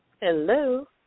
Hello